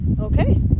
Okay